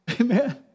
Amen